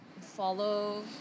follow